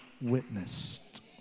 witnessed